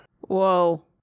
Whoa